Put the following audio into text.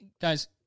guys